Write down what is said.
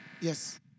yes